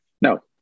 No